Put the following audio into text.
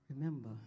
remember